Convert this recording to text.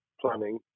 planning